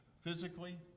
physically